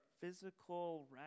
physical